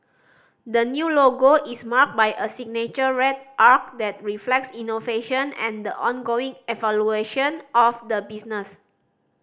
the new logo is marked by a signature red arc that reflects innovation and the ongoing evolution of the business